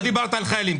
לא דיברת על חיילים.